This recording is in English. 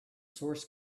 source